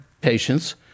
patients